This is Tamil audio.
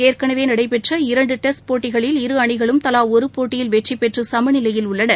ஏற்கனவே நடைபெற்ற இரண்டு டெஸ்ட் போட்டிகளில் இரு அணிகளும் தலா ஒரு போட்டியில் வெற்றிபெற்று சம நிலையில் உள்ளன